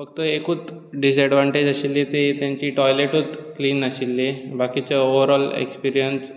जो एकूच डिजएडवांटेज आशिल्ली ती तांची टॉयलेटूच क्लीन नाशिल्ली बाकीचो ओवर ऑल एक्सपीरियंस